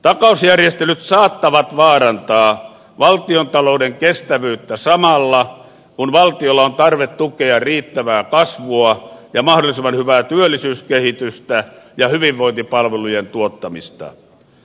takausjärjestelyt saattavat vaarantaa valtionta louden kestävyyttä samalla kun valtiolla on tarve tukea riittävää kasvua ja mahdollisimman hy vää työllisyyskehitystä ja hyvinvointipalvelujen tuottamista